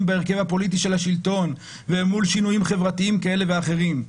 בהרכב הפוליטי של השלטון ואל מול שינויים חברתיים כאלה ואחרים.